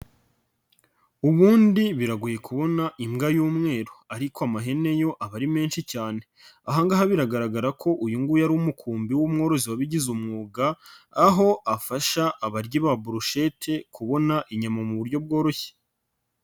Ubundi biragoye kubona imbwa y'umweru ariko amahene yo aba ari menshi cyane, aha ngaha biragaragara ko uyu nguyu ari umukumbi w'umworozi wabigize umwuga, aho afasha abaryi ba burushete kubona inyama mu buryo bworoshye.